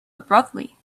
abruptly